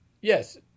Yes